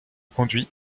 conduit